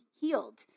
healed